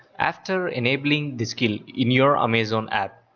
after enabling the skill in your amazon app,